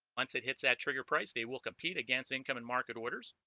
once it hits that trigger price they will compete against income and market orders